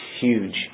Huge